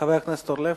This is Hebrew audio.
חבר הכנסת זבולון אורלב.